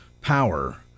power